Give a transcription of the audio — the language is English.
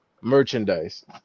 merchandise